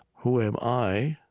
who am i,